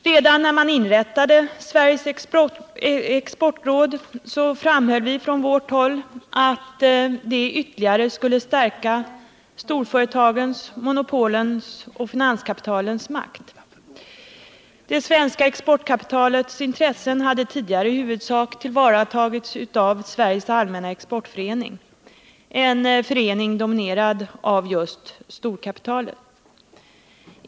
Redan när man inrättade Sveriges exportråd framhöll vi från vårt håll att detta ytterligare skulle stärka storföretagens, monopolens och finanskapitalens makt. Det svenska exportkapitalets intressen hade tidigare i huvudsak tillvaratagits av Sveriges allmänna exportförening — en förening dominerad av just storkapitalet.